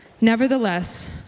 Nevertheless